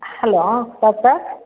hello doctor